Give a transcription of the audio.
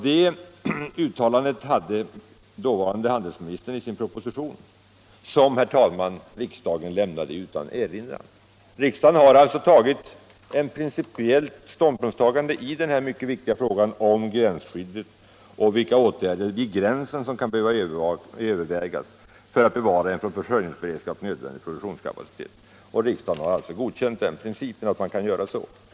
Det uttalandet hade också dåvarande handelsministern med i sin proposition, som riksdagen lämnade utan erinran. Riksdagen har alltså tagit principiell ståndpunkt i den mycket viktiga frågan om gränsskyddet och vilka åtgärder vid gränsen som kan behöva övervägas för att bevara en från försörjningsberedskapssynpunkt nödvändig produktionskapacitet. Riksdagen har godkänt principen att man kan göra så.